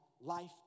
life